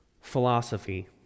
Philosophy